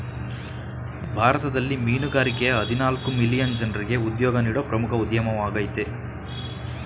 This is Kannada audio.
ಭಾರತದಲ್ಲಿ ಮೀನುಗಾರಿಕೆಯ ಹದಿನಾಲ್ಕು ಮಿಲಿಯನ್ ಜನ್ರಿಗೆ ಉದ್ಯೋಗ ನೀಡೋ ಪ್ರಮುಖ ಉದ್ಯಮವಾಗಯ್ತೆ